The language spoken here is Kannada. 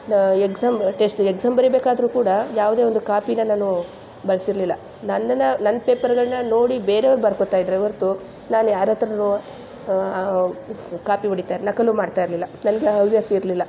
ಎಕ್ಸಾಮ್ ಟೆಸ್ಟು ಎಕ್ಸಾಮ್ ಬರಿಬೇಕಾದರೂ ಕೂಡ ಯಾವುದೇ ಒಂದು ಕಾಪಿನ ನಾನು ಬಳಸಿರ್ಲಿಲ್ಲ ನನ್ನನ್ನು ನನ್ನ ಪೇಪರ್ಗಳನ್ನ ನೋಡಿ ಬೇರೆಯವ್ರು ಬರ್ಕೊಳ್ತಾಯಿದ್ರೆ ಹೊರ್ತು ನಾನು ಯಾರ ಹತ್ರನೂ ಕಾಪಿ ಹೊಡಿತಾ ನಕಲು ಮಾಡ್ತಾಯಿರಲಿಲ್ಲ ನನಗೆ ಆ ಹವ್ಯಾಸ ಇರಲಿಲ್ಲ